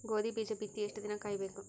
ಗೋಧಿ ಬೀಜ ಬಿತ್ತಿ ಎಷ್ಟು ದಿನ ಕಾಯಿಬೇಕು?